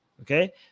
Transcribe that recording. Okay